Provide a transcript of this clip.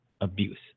abuse